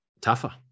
tougher